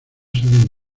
saben